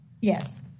Yes